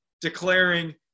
declaring